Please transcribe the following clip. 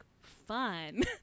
fun